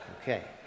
Okay